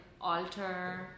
alter